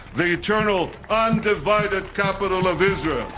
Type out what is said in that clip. the eternal undivided capital of israel.